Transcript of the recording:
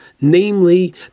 Namely